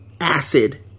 acid